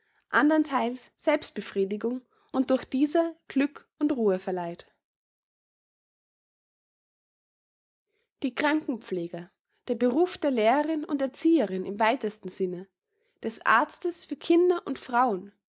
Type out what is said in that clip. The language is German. anderntheils selbstbefriedigung und durch diese glück und ruhe verleiht die krankenpflege der beruf der lehrerin und erzieherin im weitesten sinne des arztes für kinder und frauen